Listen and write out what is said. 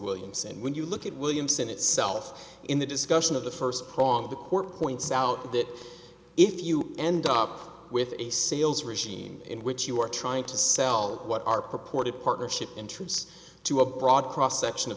williams and when you look at williamson itself in the discussion of the first prong the court points out that if you end up with a sales regime in which you are trying to sell what are purported partnership interests to a broad cross section of